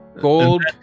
gold